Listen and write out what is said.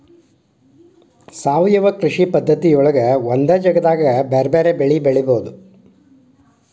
ಸಾವಯವ ಕೃಷಿ ಪದ್ಧತಿಯೊಳಗ ಒಂದ ಜಗದಾಗ ಬೇರೆ ಬೇರೆ ಬೆಳಿ ಬೆಳಿಬೊದು